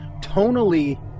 tonally